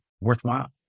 worthwhile